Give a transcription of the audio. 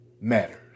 matters